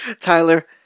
Tyler